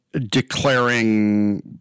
declaring